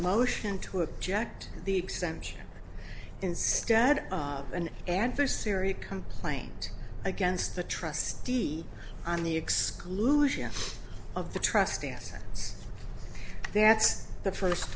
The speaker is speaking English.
motion to object the exemption instead of an adversary complaint against the trustee on the exclusion of the trustee assets that's the